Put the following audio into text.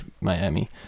Miami